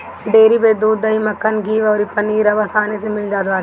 dairy पे दूध, दही, मक्खन, घीव अउरी पनीर अब आसानी में मिल जात बाटे